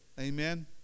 amen